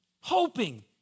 hoping